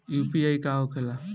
UPI का होखेला?